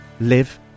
live